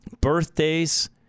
birthdays